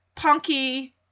Punky